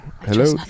hello